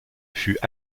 fut